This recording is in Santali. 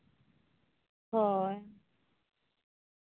ᱦᱳᱭ